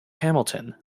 hamilton